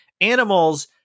animals